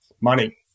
money